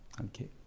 Okay